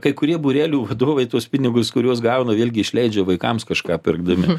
kai kurie būrelių vadovai tuos pinigus kuriuos gaunu vėlgi išleidžia vaikams kažką pirkdami